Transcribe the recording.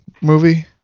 movie